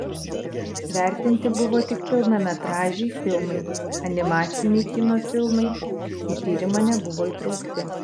vertinti buvo tik pilnametražiai filmai animaciniai kino filmai į tyrimą nebuvo įtraukti